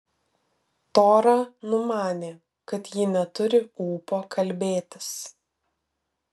tora numanė kad ji neturi ūpo kalbėtis